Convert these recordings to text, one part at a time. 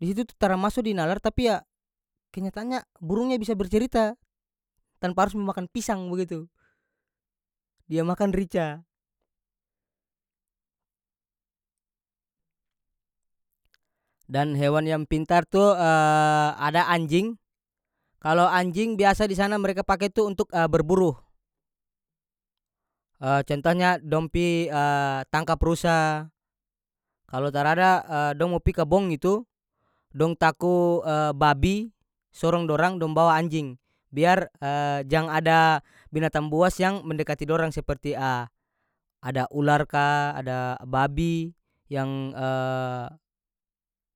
Di situ tu tara maso di nalar tapi ya kenyataanya burungnya bisa bercerita tanpa harus memakan pisang begitu dia makan rica dan hewan yang pintar tu ada anjing kalo anjing biasa di sana mereka pake itu untuk berburuh centohnya dong pi tangkap rusa kalo tarada dong mo pi kabong itu dong tako babi sorong dorang dong bawa anjing biar jang ada binatang buas yang mendekati dorang seperti ada ular ka ada babi yang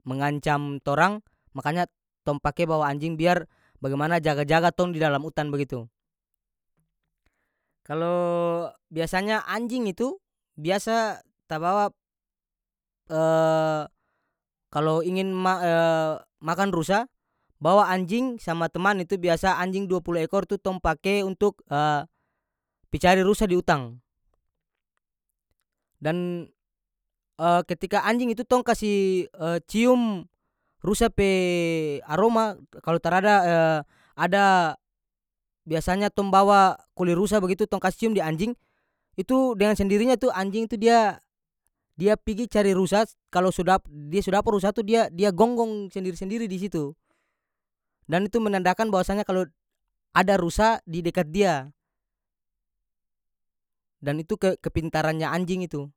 mengancam torang makanya tong pake bawa anjing biar bagimana jaga-jaga tong di dalam utang begitu kalo biasanya anjing itu biasa tabawa kalo ingin ma makan rusa bawa anjing sama teman itu biasa anjing dua puluh ekor tu tong pake untuk pi cari rusa di utang dan ketika anjing itu tong kasi cium rusa pe aroma kalo tarada ada biasanya tong bawa kuli rusa bagitu tong kas cium di anjing itu dengan sendirinya tu anjing tu dia- dia pigi cari rusa kalo so dap dia so dapa rusa tu dia- dia gonggong sendiri-sendiri di situ dan itu menandakan bahwasanya kalod ada rusa di dekat dia dan itu ke- kepintarannya anjing itu.